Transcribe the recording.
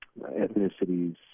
ethnicities